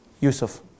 Yusuf